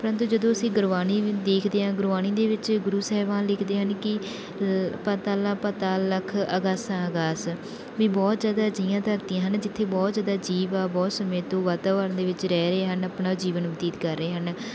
ਪਰੰਤੂ ਜਦੋਂ ਅਸੀਂ ਗੁਰਬਾਣੀ ਦੇਖਦੇ ਹਾਂ ਗੁਰਬਾਣੀ ਦੇ ਵਿੱਚ ਗੁਰੂ ਸਾਹਿਬਾਨ ਲਿਖਦੇ ਹਨ ਕਿ ਲ ਪਾਤਾਲਾ ਪਤਾਲ ਲੱਖ ਆਗਾਸਾ ਅਗਾਸ ਵੀ ਬਹੁਤ ਜ਼ਿਆਦਾ ਅਜਿਹੀਆਂ ਧਰਤੀਆਂ ਹਨ ਜਿੱਥੇ ਬਹੁਤ ਜ਼ਿਆਦਾ ਜੀਵ ਆ ਬਹੁਤ ਸਮੇਂ ਤੋਂ ਵਾਤਾਵਰਨ ਦੇ ਵਿੱਚ ਰਹਿ ਰਹੇ ਹਨ ਆਪਣਾ ਜੀਵਨ ਬਤੀਤ ਕਰ ਰਹੇ ਹਨ